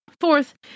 Fourth